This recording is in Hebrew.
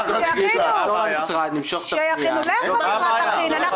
כשיביאו לנו פנייה, הפנייה הזאת תאושר.